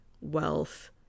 wealth